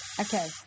Okay